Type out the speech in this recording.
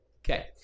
Okay